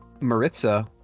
Maritza